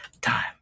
time